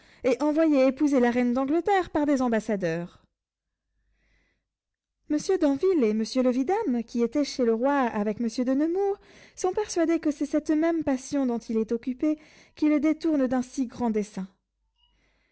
et envoyer épouser la reine d'angleterre par des ambassadeurs monsieur d'anville et monsieur le vidame qui étaient chez le roi avec monsieur de nemours sont persuadés que c'est cette même passion dont il est occupé qui le détourne d'un si grand dessein